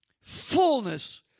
fullness